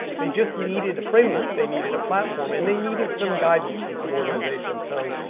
they just needed a framework. they needed a platform. and they needed some guidance and some organization. so